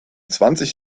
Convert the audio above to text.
zwanzig